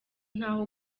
ntaho